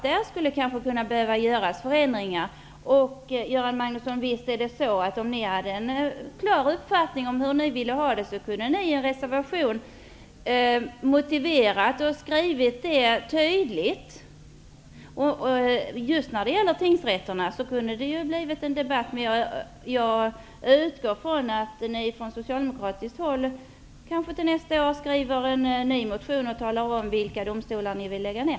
Där skulle det behöva göras förändringar. Om ni hade en klar uppfattning, Göran Magnusson, om hur ni vill ha det kunde ni i en reservation ha motiverat detta. Just i fråga om tingsrätterna kunde det ha lett till en debatt. Jag utgår från att ni från socialdemokratiskt håll kanske till nästa år väcker en ny motion och talar om vilka domstolar ni vill lägga ned.